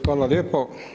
Hvala lijepo.